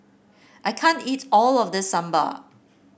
I can't eat all of this Sambar